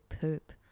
poop